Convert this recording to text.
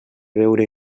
veure